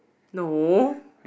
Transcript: no